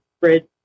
bridge